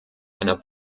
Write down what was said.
einer